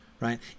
right